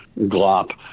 glop